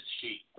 sheet